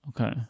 Okay